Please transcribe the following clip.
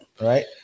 right